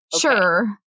sure